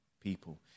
people